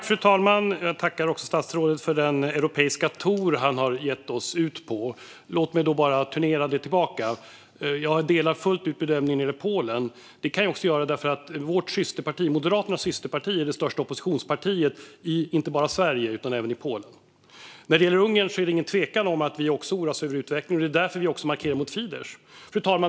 Fru talman! Jag tackar statsrådet för den europeiska tour han har gett oss ut på. Låt mig bara turnera det tillbaka. Jag delar fullt ut bedömningen när det gäller Polen. Det kan jag också göra därför att Moderaternas systerparti är det största oppositionspartiet i Polen, liksom Moderaterna är i Sverige. När det gäller Ungern är det ingen tvekan om att vi också oroar oss över utvecklingen. Det är även därför vi markerar mot Fidesz.